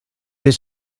his